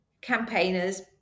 campaigners